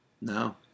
No